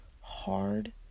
hard